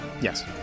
Yes